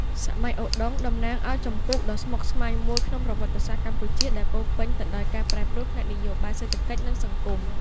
សម័យឧដុង្គតំណាងឱ្យជំពូកដ៏ស្មុគស្មាញមួយក្នុងប្រវត្តិសាស្ត្រកម្ពុជា ដែលពោរពេញទៅដោយការប្រែប្រួលផ្នែកនយោបាយ សេដ្ឋកិច្ច និងសង្គម។